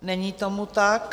Není tomu tak.